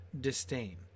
disdain